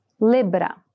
Libra